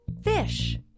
fish